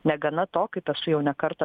negana to kaip esu jau ne kartą